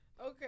Okay